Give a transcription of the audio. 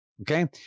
Okay